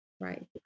Right